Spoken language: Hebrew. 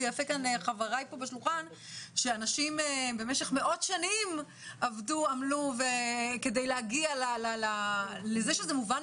יפה חבריי שאנשים במשך מאות שנים עבדו ועמלו כדי להגיע למצב שמובן